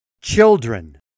children